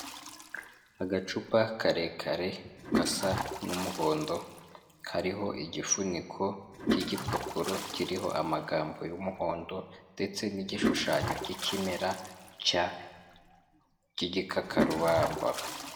Agacupa karekare gasa n'umuhondo kariho igifuniko cy'igipapuro kiriho amagambo y'umuhondo ndetse nigishushanyo cy'ikimera cya cy'igikakarubamba.